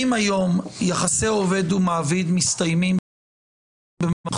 אם היום יחסי עובד ומעביד מסתיימים במחלוקת